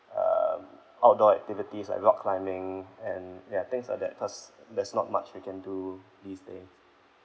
um outdoor activities like rock climbing and ya things like that cause there's not much you can do